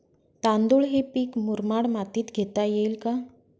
तांदूळ हे पीक मुरमाड मातीत घेता येईल का?